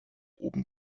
oben